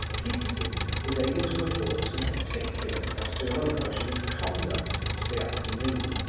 ptitsin was able to afford some particulars as to rogojin's conduct since the afternoon.